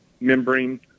membrane